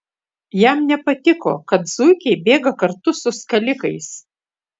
jam nepatiko kad zuikiai bėga kartu su skalikais